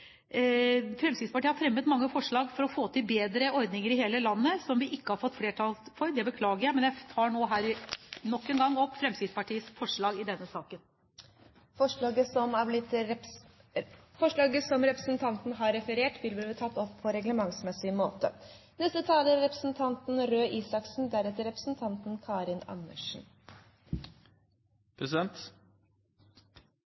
Fremskrittspartiet har fremmet mange forslag for å få til bedre ordninger i hele landet, som vi ikke har fått flertall for. Det beklager jeg. Men jeg tar nok en gang opp Fremskrittspartiets forslag i denne saken. Representanten Vigdis Giltun har tatt opp de forslagene hun refererte til. Jeg skal ikke gjenta det andre talere har